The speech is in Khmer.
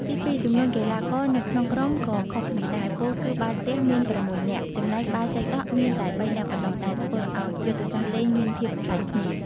ទីពីរ ចំនួនកីឡាករនៅក្នុងក្រុមก็ខុសគ្នាដែរ ពោលគឺបាល់ទះមាន៦នាក់ ចំណែកបាល់សីដក់មានតែ៣នាក់ប៉ុណ្ណោះដែលធ្វើឲ្យយុទ្ធសាស្ត្រលេងមានភាពប្លែកគ្នា។